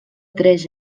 tres